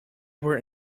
were